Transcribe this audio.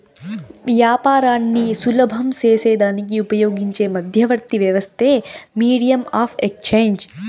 యాపారాన్ని సులభం సేసేదానికి ఉపయోగించే మధ్యవర్తి వ్యవస్థే మీడియం ఆఫ్ ఎక్స్చేంజ్